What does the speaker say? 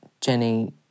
Jenny